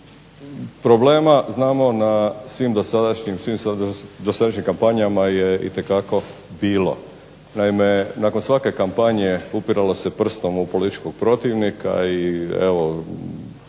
problema znamo na svim dosadašnjim kampanjama je itekako bilo. Naime, nakon svake kampanje upiralo se prstom u političkog protivnika i